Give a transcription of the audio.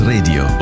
Radio